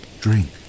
drink